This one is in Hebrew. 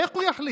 איך הוא יחליט?